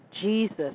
Jesus